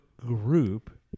group